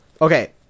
Okay